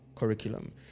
curriculum